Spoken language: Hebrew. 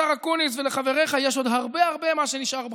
השר אקוניס: יש עוד הרבה מה שנשאר בחיים.